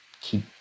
keep